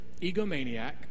egomaniac